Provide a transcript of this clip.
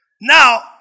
Now